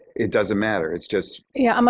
it doesn't matter. it's just yeah. um